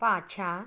पाछाँ